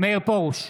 מאיר פרוש,